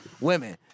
women